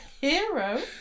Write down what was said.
hero